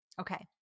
Okay